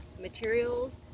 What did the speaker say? materials